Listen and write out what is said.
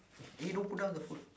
eh don't put down the phone